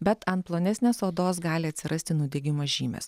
bet ant plonesnės odos gali atsirasti nudegimo žymės